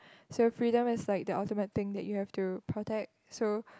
so freedom is like the ultimate thing that you have to protect so